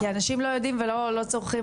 כי אנשים לא יודעים ולא צורכים,